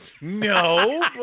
No